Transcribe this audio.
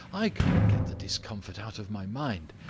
i can't get the discomfort out of my mind.